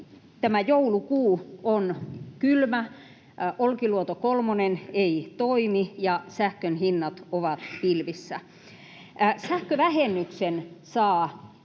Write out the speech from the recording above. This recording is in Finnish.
tämä joulukuu on kylmä, Olkiluoto kolmonen ei toimi ja sähkön hinnat ovat pilvissä. Sähkövähennyksen saa